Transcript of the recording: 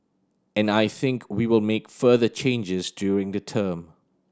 and I think we will make further changes during the term